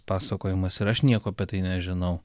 pasakojimas ir aš nieko apie tai nežinau